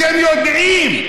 אתם יודעים,